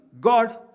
God